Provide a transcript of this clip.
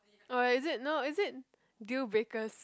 oh is it no is it deal breakers